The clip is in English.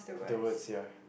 the word sia